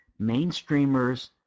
mainstreamers